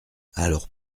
alors